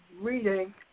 reading